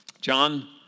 John